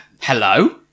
Hello